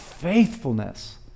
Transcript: faithfulness